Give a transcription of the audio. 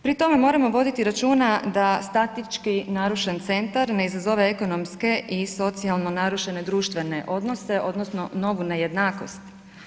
Pri tome moramo voditi računa da statički narušen centar ne izazove ekonomske i socijalno narušene društvene odnose odnosno novu nejednakost.